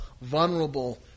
vulnerable